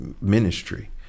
ministry